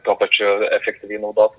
tuo pačiu efektyviai naudotų